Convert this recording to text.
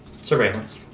Surveillance